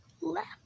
left